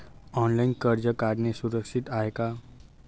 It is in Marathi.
ऑनलाइन कर्ज काढणे सुरक्षित असते का?